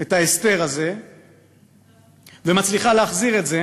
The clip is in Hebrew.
את ההסתר הזה ומצליחה להחזיר את זה,